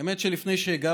האמת שלפני שאגע